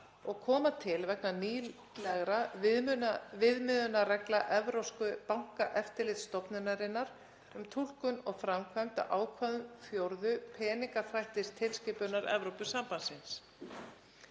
og koma til vegna nýlegra viðmiðunarreglna Evrópsku bankaeftirlitsstofnunarinnar um túlkun og framkvæmd á ákvæðum fjórðu peningaþvættistilskipunar Evrópusambandsins.